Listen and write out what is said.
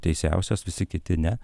teisiausias visi kiti ne